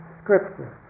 scripture